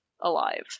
alive